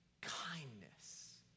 kindness